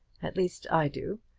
at least, i do.